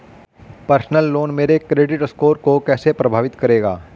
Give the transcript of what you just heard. Personal loan मेरे credit score को कैसे प्रभावित करेगा?